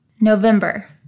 November